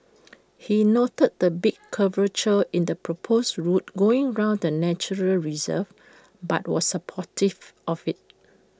he noted the big curvature in the proposed route going around the natural reserve but was supportive of IT